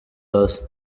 hasi